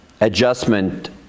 adjustment